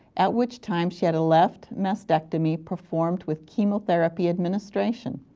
at which time she had a left mastectomy performed with chemotherapy administration.